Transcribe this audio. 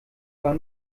war